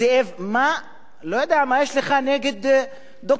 לא יודע מה יש לך נגד ד"ר מורסי,